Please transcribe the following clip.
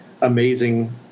amazing